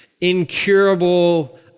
incurable